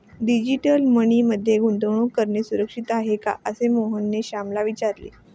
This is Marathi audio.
डिजिटल मनी मध्ये गुंतवणूक करणे सुरक्षित आहे का, असे मोहनने श्यामला विचारले